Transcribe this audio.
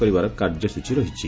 କରିବାର କାର୍ଯ୍ୟସୂଚୀ ରହିଛି